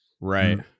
right